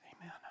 Amen